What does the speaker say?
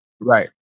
Right